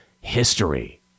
history